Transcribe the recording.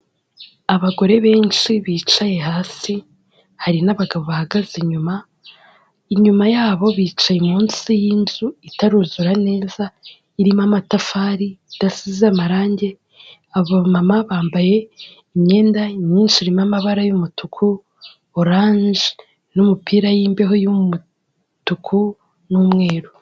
Abagore benshi bicaye hasi hari n'abagabo bahagaze inyuma, inyuma yabo bicaye munsi y'inzu itaruzura neza, irimo amatafari idasize amarangi, abo bamama bambaye imyenda myinshi irimo amabara y'umutuku, oranje n'umipira y'imbeho y'umutuku n'umweru.